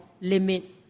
limit